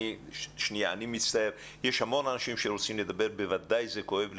יש עוד המון אנשים שרוצים לדבר ואני מניח שזה כואב לכולם.